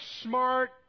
smart